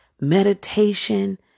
meditation